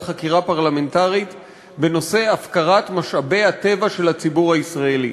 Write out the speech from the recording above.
חקירה פרלמנטרית בנושא הפקרת משאבי הטבע של הציבור הישראלי.